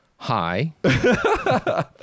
Hi